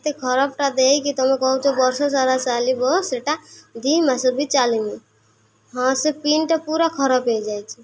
ଏତେ ଖରାପଟା ଦେଇକି ତୁମେ କହୁଛ ବର୍ଷ ସାରା ଚାଲିବ ସେଇଟା ଦୁଇ ମାସ ବି ଚାଲିିନି ହଁ ସେ ପିନ୍ଟା ପୁରା ଖରାପ ହେଇଯାଇଛି